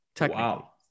Wow